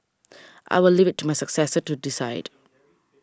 I will leave it to my successor to decide